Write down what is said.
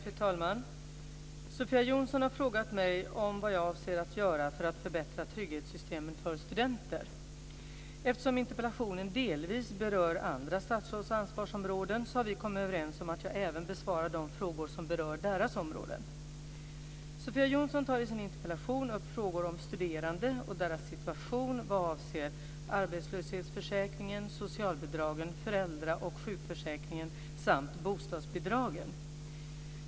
Fru talman! Sofia Jonsson har frågat mig vad jag avser att göra för att förbättra trygghetssystemen för studenter. Eftersom interpellationen delvis berör andra statsråds ansvarsområden har vi kommit överens om att jag även besvarar de frågor som berör deras områden. Sofia Jonsson tar i sin interpellation upp frågor om studerande och deras situation vad avser arbetslöshetsförsäkringen, socialbidragen, föräldra och sjukförsäkringen samt bostadsbidragen.